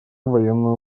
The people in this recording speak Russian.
военную